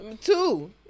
Two